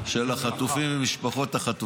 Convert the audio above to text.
-- מנצלים את כל המצב של החטופים ומשפחות החטופים.